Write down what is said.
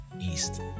east